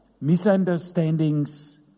misunderstandings